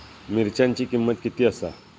मिरच्यांची किंमत किती आसा?